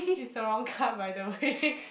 it's a wrong car by the way